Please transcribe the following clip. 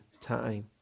time